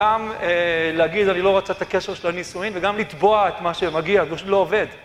גם להגיד אני לא רוצה את הקשר של הנישואין וגם לטבוע את מה שמגיע זה פשוט לא עובד.